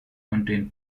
contain